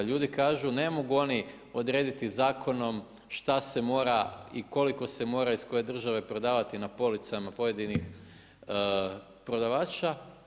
Ljudi kažu ne mogu oni odrediti zakonom šta se mora i koliko se mora iz koje države prodavati na policama pojedinih prodavača.